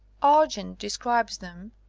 argent de scribes them,